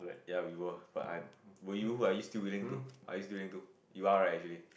ya we will but I will you are you still willing to are you still willing to you are right actually